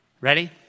Ready